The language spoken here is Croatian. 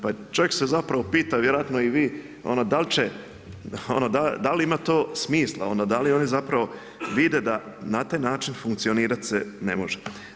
Pa čovjek se zapravo pita, vjerojatno i vi da li će, da li ima to smisla, da li oni zapravo vide da na taj način funkcionirati se ne može.